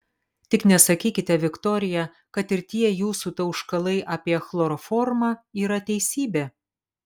tik nesakykite viktorija kad ir tie jūsų tauškalai apie chloroformą yra teisybė